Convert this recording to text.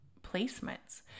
placements